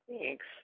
Thanks